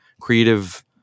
creative